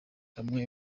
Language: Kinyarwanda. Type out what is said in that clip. bamwe